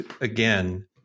again